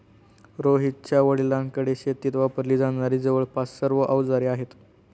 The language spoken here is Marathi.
रोहितच्या वडिलांकडे शेतीत वापरली जाणारी जवळपास सर्व अवजारे आहेत